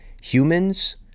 Humans